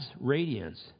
radiance